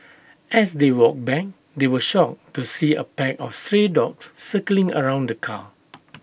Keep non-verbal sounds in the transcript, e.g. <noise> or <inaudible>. as they walked back they were shocked to see A pack of stray dogs circling around the car <noise>